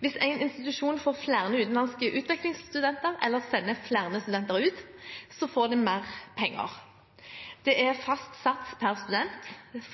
Hvis en institusjon får flere utenlandske utvekslingsstudenter, eller sender flere studenter ut, får den mer penger. Det er fast sats per student.